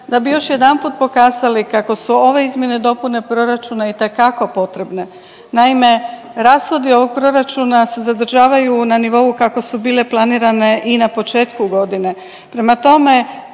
da bi još jedanput pokazali kako su ove izmjene i dopune proračuna itekako potrebne. Naime, rashodi ovog proračuna se zadržavaju na nivou kako su bile planirane i na početku godine.